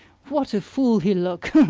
what a fool he'll look! ha,